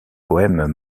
poèmes